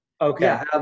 okay